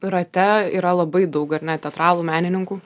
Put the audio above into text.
rate yra labai daug ar ne teatralų menininkų